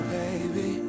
baby